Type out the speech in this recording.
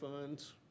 funds